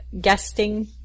guesting